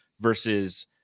versus